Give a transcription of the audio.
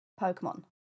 Pokemon